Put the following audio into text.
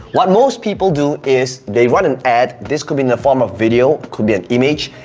what most people do is they run an ad. this could be in the form of video, could be an image.